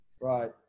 right